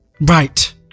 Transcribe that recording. Right